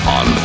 on